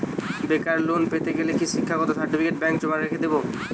বেকার লোন পেতে গেলে কি শিক্ষাগত সার্টিফিকেট ব্যাঙ্ক জমা রেখে দেবে?